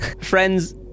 Friends